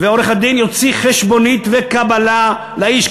ועורך-הדין יוציא חשבונית וקבלה לאיש,